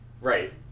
Right